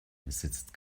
besitzt